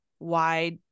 wide